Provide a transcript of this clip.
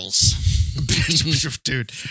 Dude